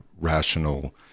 rational